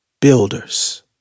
Builders